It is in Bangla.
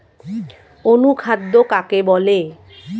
অনুখাদ্য কাকে বলে?